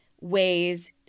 ways